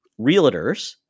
realtors